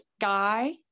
guy